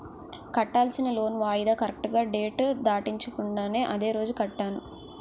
కట్టాల్సిన లోన్ వాయిదా కరెక్టుగా డేట్ దాటించకుండా అదే రోజు కట్టాను